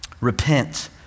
Repent